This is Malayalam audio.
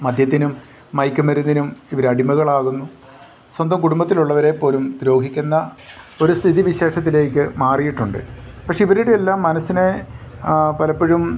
മദ്യത്തിനും മയക്കു മരുന്നിനും ഇവരടിമകളാകുന്നു സ്വന്തം കുടുംബത്തിലുള്ളവരെ പോലും ദ്രോഹിക്കുന്ന ഒരു സ്ഥിതി വിശേഷത്തിലേക്ക് മാറിയിട്ടുണ്ട് പക്ഷെ ഇവരുടെയെല്ലാം മനസ്സിനെ പലപ്പോഴും